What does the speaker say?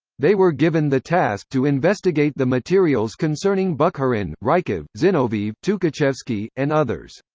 they were given the task to investigate the materials concerning bukharin, rykov, zinoviev, tukhachevsky, and others.